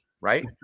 right